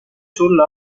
sulle